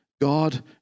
God